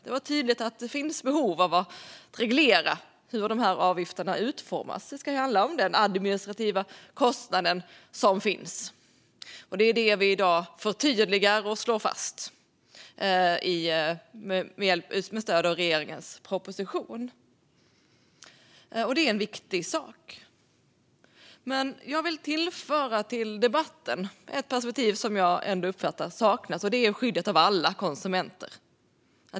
Det är tydligt att det finns behov av att reglera hur avgifterna utformas. Det ska handla om den administrativa kostnad som finns. Det är detta som vi i dag förtydligar och slår fast med stöd av regeringens proposition. Det är en viktig sak. Jag vill dock tillföra ett perspektiv i debatten som jag uppfattar saknas, och det är skyddet av alla konsumenter.